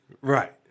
Right